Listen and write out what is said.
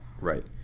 Right